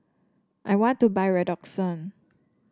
I want to buy Redoxon